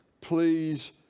Please